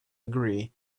agree